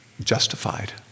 justified